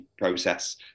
process